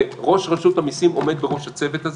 ראש רשות המיסים עומד בראש הצוות הזה.